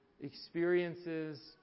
Experiences